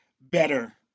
better